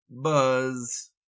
Buzz